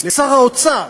לשר האוצר.